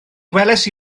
gwelais